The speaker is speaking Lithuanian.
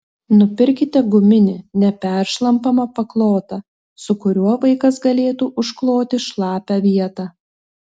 nupirkite guminį neperšlampamą paklotą su kuriuo vaikas galėtų užkloti šlapią vietą